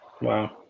Wow